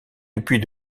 depuis